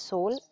Soul